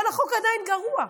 אבל החוק עדיין גרוע,